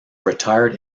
retired